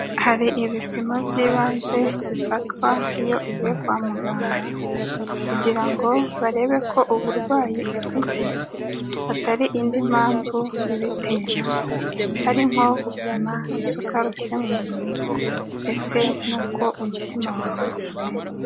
Hari ibipimo by'ibanze bifatwa iyo ugiye kwa muganga, kugira ngo barebe ko uburwayi ufite atari indi mpamvu ibitera, hari nko gupima isukari ufite mu mubiri, ndetse n'uko umutima wawe utera.